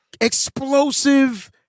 explosive